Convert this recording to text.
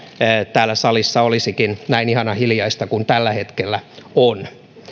täällä salissa olisikin näin ihanan hiljaista kuin tällä hetkellä on